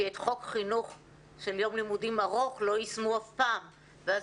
כי את חוק יום לימודים ארוך לא יישמו אף פעם ואז